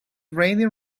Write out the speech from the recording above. raining